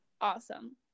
Awesome